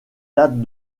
dates